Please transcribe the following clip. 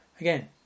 again